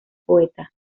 poeta